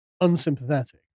unsympathetic